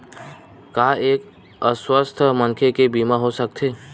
का एक अस्वस्थ मनखे के बीमा हो सकथे?